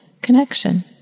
connection